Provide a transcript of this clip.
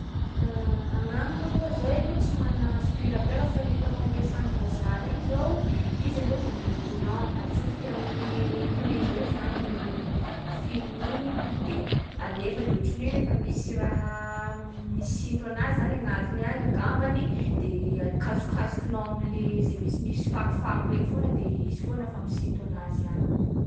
Agnamiko aloha, zahay aloha tsy mana aspirateur fa hitako ampesan’vazaha regny zao: izy aloha mande courant. Atsofoky amin’ny prizy eo zany filiny igny, de alefa de ohatry ny hoe fa misy raha misinto anazy zany agnatiny any angambany. De akasokasokinao am’le zay misimisy fako regny foana. De izy foana fa misinto anazy agny.